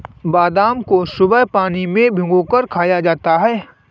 बादाम को सुबह पानी में भिगोकर खाया जाता है